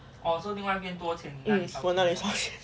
um 我那里少钱